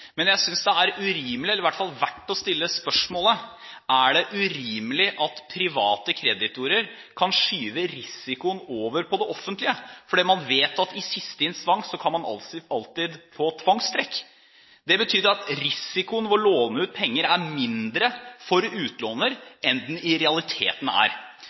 men jeg synes det er urimelig, eller at det i hvert fall er verdt å stille spørsmålet: Er det urimelig at private kreditorer kan skyve risikoen over på det offentlige, for man vet at i siste instans kan man alltid få tvangstrekk? Det betyr at risikoen ved å låne ut penger er mindre for utlåner enn den i realiteten er.